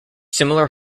similar